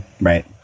Right